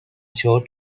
short